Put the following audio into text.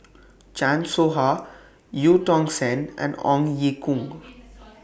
Chan Soh Ha EU Tong Sen and Ong Ye Kung